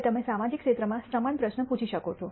હવે તમે સામાજિક ક્ષેત્રમાં સમાન પ્રશ્ન પૂછી શકો છો